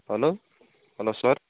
hello hello sir